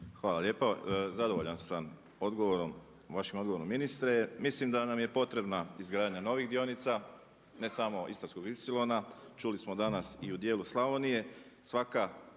Hvala lijepa. Zadovoljan sam vašim odgovorom ministre. Mislim da nam je potreba izgradnja novih dionica, ne samo istarskog ipsilona. Čuli smo danas i u dijelu Slavonije,